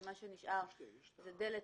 כאשר מה שנשאר זה דלת,